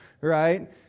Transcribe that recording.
right